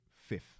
fifth